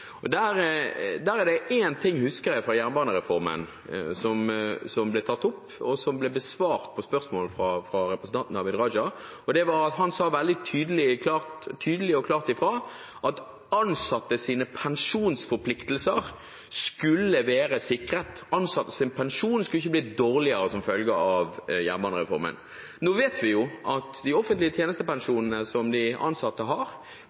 en ting som ble tatt opp i forbindelse med jernbanereformen og besvart av representanten Abid Raja. Han sa veldig tydelig og klart ifra at ansattes pensjonsforpliktelser skulle være sikret. Ansattes pensjon skulle ikke bli dårligere som følge av jernbanereformen. Nå vet vi at de offentlige tjenestepensjonene som de ansatte har,